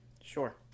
Sure